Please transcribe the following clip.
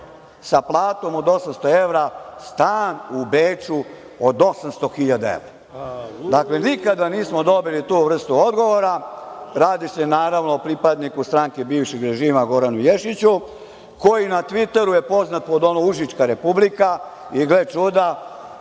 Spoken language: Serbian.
sa platom od 800 evra stan u Beču od 800.000 evra? Dakle, nikada nismo dobili tu vrstu odgovora. Radi se, naravno, o pripadniku stranke bivšeg režima Goranu Ješiću, koji je na tviteru poznat, pod ono Užička republika i gle čuda,